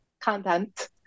content